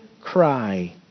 cry